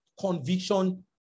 conviction